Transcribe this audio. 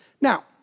Now